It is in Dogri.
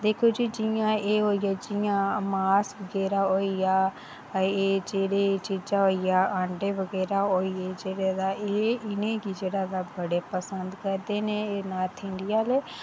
दिक्खो जी जि'यां एह् होइया जि'यां एह् होइया मास जेह्ड़ा होइया कि भई जेह्दे ई अंडे बगैरा होई गे जेह्दे ई जेह्ड़ा ता जिनेंगी एह् बड़े पसंद करदे न एह् नार्थ इंडिया आह्ले